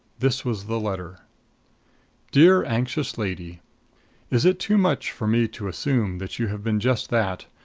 this was the letter dear anxious lady is it too much for me to assume that you have been just that,